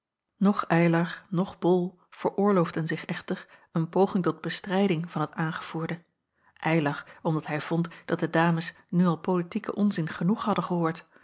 noch eylar noch bol veroorloofden zich echter een poging tot bestrijding van het aangevoerde eylar omdat hij vond dat de dames nu al politieken onzin genoeg hadden gehoord